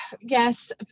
Yes